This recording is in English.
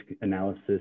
analysis